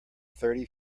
thirty